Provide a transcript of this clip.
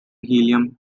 helium